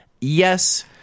yes